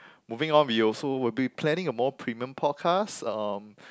moving on we also will be planning a more premium podcast um